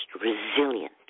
resilient